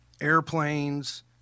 airplanes